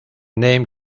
name